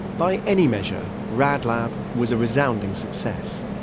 by any measure, rad lab was a resounding success.